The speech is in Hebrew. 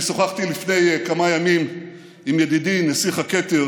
אני שוחחתי לפני כמה ימים עם ידידי נסיך הכתר,